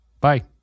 Bye